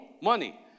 money